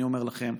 אני אומר לכם,